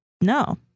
no